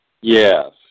Yes